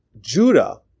Judah